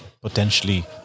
potentially